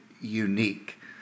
unique